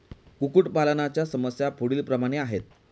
कुक्कुटपालनाच्या समस्या पुढीलप्रमाणे आहेत